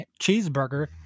cheeseburger